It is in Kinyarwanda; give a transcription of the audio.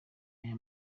aya